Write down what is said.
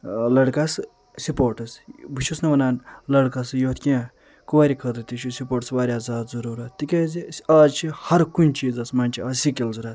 ٲں لڑکس سپورٹٕس بہٕ چھُس نہٕ ونان لڑکسٕے یوت کیٚنٛہہ کورِ خٲطرٕ تہِ چھُ سپورٹٕس واریاہ زیادٕ ضرورت تِکیٚازِ أسۍ آز چھِ ہرِ کُنہِ چیٖزس منٛز چھِ آز سِکِل ضروٗرت